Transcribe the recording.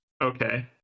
Okay